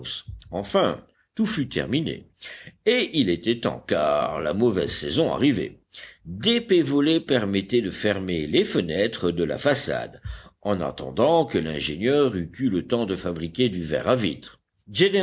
enfin tout fut terminé et il était temps car la mauvaise saison arrivait d'épais volets permettaient de fermer les fenêtres de la façade en attendant que l'ingénieur eût eu le temps de fabriquer du verre à vitre